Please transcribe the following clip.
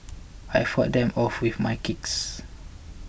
I fought them off with my kicks